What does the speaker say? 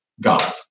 God